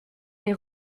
les